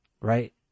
right